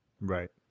Right